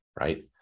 right